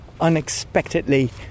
unexpectedly